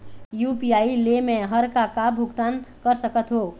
UPI ले मे हर का का भुगतान कर सकत हो?